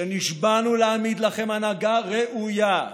שנשבענו להעמיד לכם הנהגה ראויה,